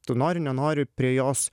tu nori nenori prie jos